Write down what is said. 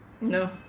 No